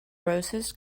roses